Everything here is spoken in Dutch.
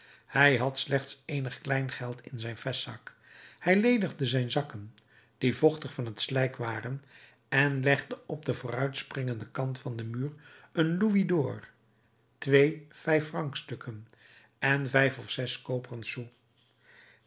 hij had slechts eenig klein geld in zijn vestzak hij ledigde zijn zakken die vochtig van t slijk waren en legde op den vooruitspringenden kant van den muur een louis dor twee vijffrancsstukken en vijf of zes koperen sous